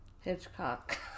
Hitchcock